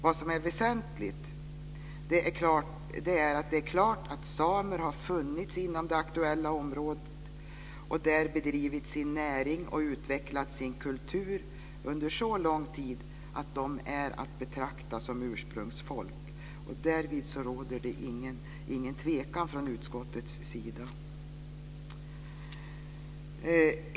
Vad som är väsentligt är att det är klarlagt att samer har funnits inom det aktuella området och där bedrivits sin näring och utvecklat sin kultur under så lång tid att de är att betrakta som ursprungsfolk. Därvid råder det ingen tvekan från utskottets sida.